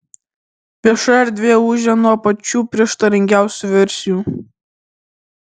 vieša erdvė ūžia nuo pačių prieštaringiausių versijų